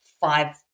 five